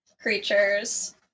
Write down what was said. creatures